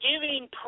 Giving